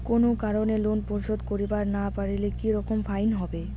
কোনো কারণে লোন পরিশোধ করিবার না পারিলে কি রকম ফাইন হবে?